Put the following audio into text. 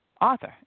author